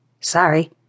Sorry